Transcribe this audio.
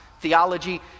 theology